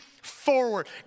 forward